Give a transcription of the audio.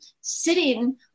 sitting